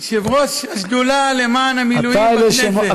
יושב-ראש השדולה למען המילואים בכנסת.